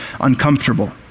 uncomfortable